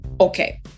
Okay